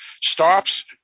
stops